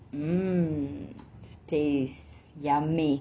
um tastes yummy